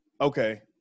Okay